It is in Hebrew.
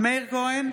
מאיר כהן,